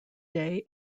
day